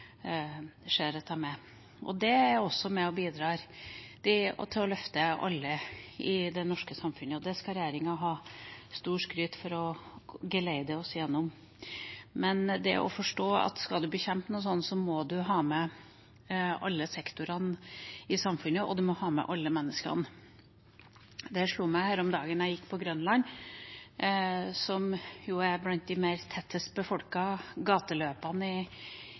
Det er også med på å bidra til å løfte alle i det norske samfunnet, og det skal regjeringen ha mye skryt for å geleide oss igjennom. Men en må forstå at skal en bekjempe noe slikt, må en ha med alle sektorene i samfunnet, og en må ha med alle menneskene. Her om dagen da jeg gikk på Grønland, som jo er blant de tettest befolkede områdene i